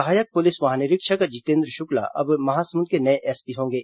सहायक पुलिस महानिरीक्षक जितेन्द्र शुक्ला अब महासमुंद के नए एसपी होंगे